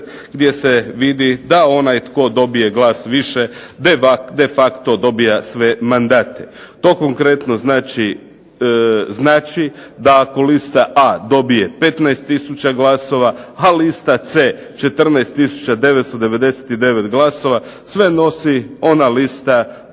gdje se vidi da onaj tko dobije glas više de facto dobija sve mandate. To konkretno znači da ako Lista A dobije 15 tisuća glasova, a lista C 14999 glasova sve nosi ona lista,